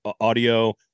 audio